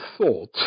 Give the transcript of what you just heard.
thought